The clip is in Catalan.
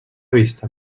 vista